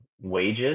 wages